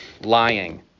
lying